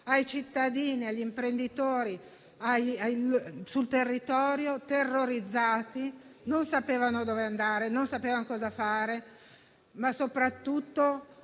ai cittadini e agli imprenditori sul territorio, che, terrorizzati, non sapevano dove andare né cosa fare, ma soprattutto